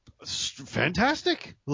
fantastic